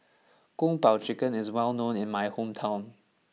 Kung Po Chicken is well known in my hometown